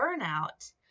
burnout